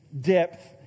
depth